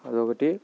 అది ఒకటి